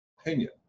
opinion